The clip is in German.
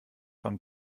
von